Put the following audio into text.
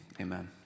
amen